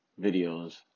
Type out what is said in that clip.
videos